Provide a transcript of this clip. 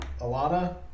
Alana